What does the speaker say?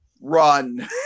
run